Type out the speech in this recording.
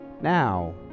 Now